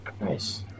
Nice